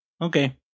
Okay